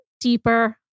deeper